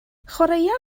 chwaraea